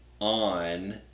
on